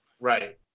right